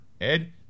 ed